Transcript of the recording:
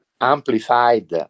amplified